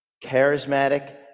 charismatic